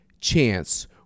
chance